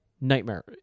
Nightmare